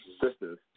sister's